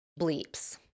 bleeps